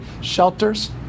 shelters